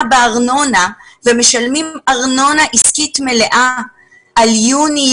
בארנונה ומשלמים ארנונה עסקית מלאה על יוני,